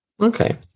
Okay